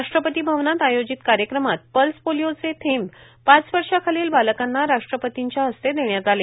राष्ट्रपती भवनात आयोजित कार्यक्रमात पल्स पोलीओचे थेंब पाच वर्षांखालील बालकांना राष्ट्रपतींच्या हस्ते देण्यात आले